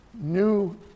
New